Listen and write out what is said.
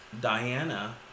Diana